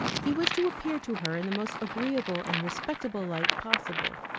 he wished to appear to her in the most agreeable and respectable light possible.